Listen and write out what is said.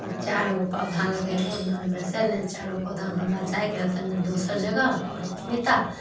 चारिगो पौधा लगेलहुॅं ओहिमे सऽ ने चारो पौधा हमरा जाइके हइ तनि दोसर जगह कऽर कुटमैता